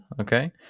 okay